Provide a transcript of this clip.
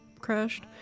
crashed